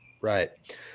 right